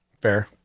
Fair